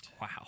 Wow